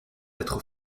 être